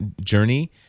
Journey